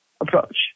approach